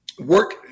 work